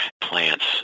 plants